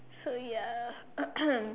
so ya